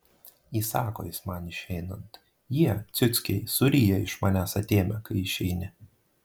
įsako jis man išeinant jie ciuckiai suryja iš manęs atėmę kai išeini